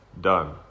Done